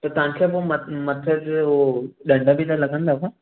त तव्हांखे पोइ मथे ते हो ॾंढ बि त लॻंदव